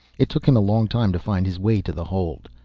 it took him a long time to find his way to the hold.